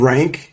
Rank